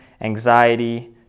anxiety